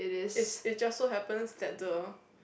it is just so happen that the